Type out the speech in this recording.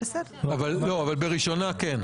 בראשונה כן.